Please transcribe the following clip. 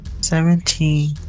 seventeen